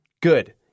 good